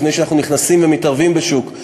לפני שאנחנו נכנסים ומתערבים בשוק,